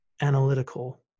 analytical